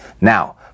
Now